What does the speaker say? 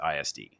ISD